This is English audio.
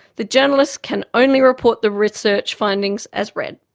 the journalists can only report the research findings as read.